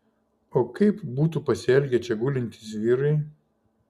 o kaip būtų pasielgę čia gulintys vyrai